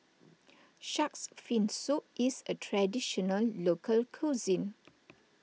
Shark's Fin Soup is a Traditional Local Cuisine